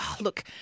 look